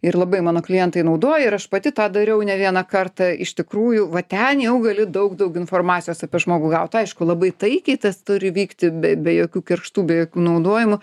ir labai mano klientai naudoja ir aš pati tą dariau ne vieną kartą iš tikrųjų va ten jau gali daug daug informacijos apie žmogų gauti aišku labai taikiai tas turi vykti be be jokių kerštų be jokių naudojimų